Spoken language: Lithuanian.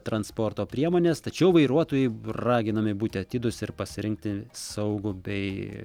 transporto priemonės tačiau vairuotojai raginami būti atidūs ir pasirinkti saugų bei